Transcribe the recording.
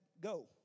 go